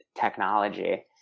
technology